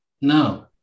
no